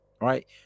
right